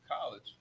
college